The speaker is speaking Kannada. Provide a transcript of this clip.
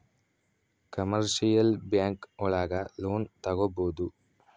ಕಮರ್ಶಿಯಲ್ ಬ್ಯಾಂಕ್ ಒಳಗ ಲೋನ್ ತಗೊಬೋದು